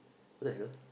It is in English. what the hell